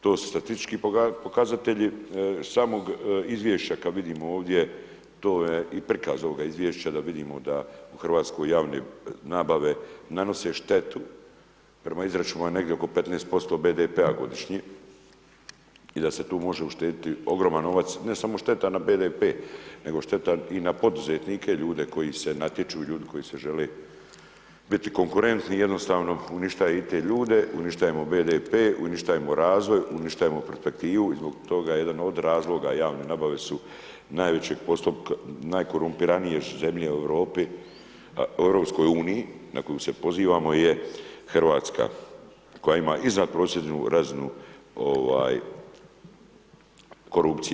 To su statistički pokazatelji samog izvješća kad vidimo ovdje, to je i prikaz ovog izvješća da vidimo da u Hrvatskoj javnoj nabave nanose štetu, prema izračunima negdje oko 15% BDP-a godišnje i da se tu može uštedjeti ogroman novac, ne samo šteta na BDP nego šteta i na poduzetnike, ljude koji se natječu i ljudi koji se žele biti konkurentni, jednostavno uništavaju i te ljude, uništavamo i BDP, uništavamo razvoj, uništavamo perspektivu, zbog toga jedan od razloga javne nabave su najkorumpiranije zemlje u EU-u na koju se pozivamo je Hrvatska koja ima iznadprosječnu razinu korupcije.